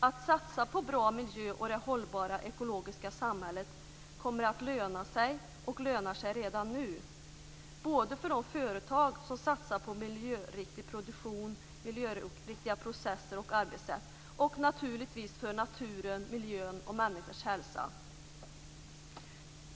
Att satsa på bra miljö och det hållbara ekologiska samhället kommer att löna sig, och lönar sig redan nu, både för de företag som satsar på miljöriktig produktion, processer och arbetssätt och naturligtvis för naturen, miljön och människors hälsa.